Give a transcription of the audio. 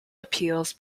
appeals